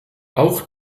auch